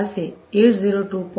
1Q ethernet protocol 802